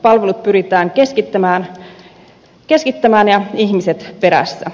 palvelut pyritään keskittämään ja ihmiset perässä